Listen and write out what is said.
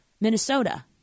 Minnesota